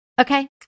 Okay